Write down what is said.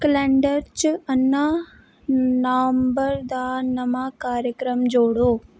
calendar च अन्ना number दा नमां कार्यक्रम जोड़ो